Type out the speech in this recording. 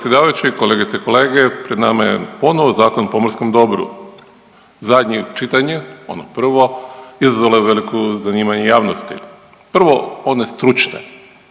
Hvala vam